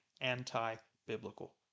anti-biblical